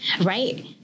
right